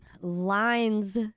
lines